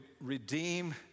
redeem